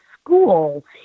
school